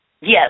Yes